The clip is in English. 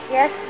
Yes